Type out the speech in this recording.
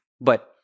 but-